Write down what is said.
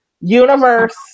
universe